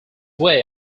way